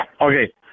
Okay